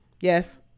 Yes